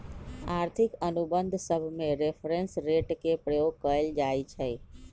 आर्थिक अनुबंध सभमें रेफरेंस रेट के प्रयोग कएल जाइ छइ